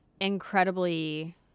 incredibly